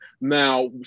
Now